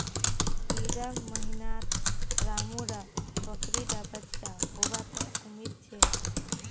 इड़ा महीनात रामु र बकरी डा बच्चा होबा त उम्मीद छे